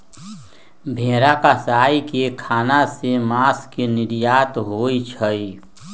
भेरा कसाई ख़ना से मास के निर्यात होइ छइ